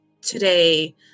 today